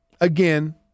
again